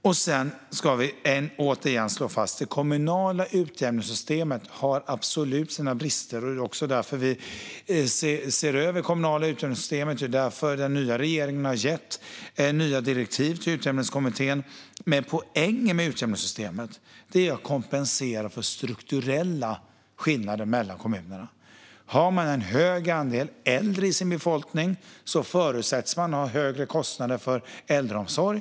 Vi måste återigen också slå fast att det kommunala utjämningssystemet absolut har sina brister. Det är därför vi ser över det. Regeringen har gett nya direktiv till Utjämningskommittén. Poängen med utjämningssystemet är att kompensera för strukturella skillnader mellan kommunerna. Om man har en hög andel äldre i sin befolkning förutsätts man ha högre kostnader för äldreomsorg.